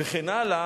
וכן הלאה,